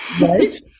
Right